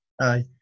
Aye